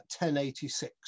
1086